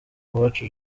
uwacu